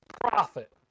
profit